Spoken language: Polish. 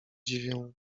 dziwię